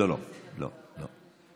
לא, לא, לא.